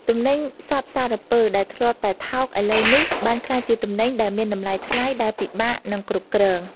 ទំនិញសព្វសារពើដែលធ្លាប់តែថោកឥឡូវនេះបានក្លាយជាទំនិញដែលមានតម្លៃថ្លៃដែលពិបាកនឹងគ្រប់គ្រង។